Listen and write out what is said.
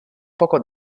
poco